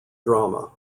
drama